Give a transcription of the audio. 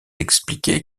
expliqué